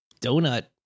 donut